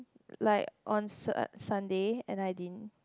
like on S~ Sunday and I didn't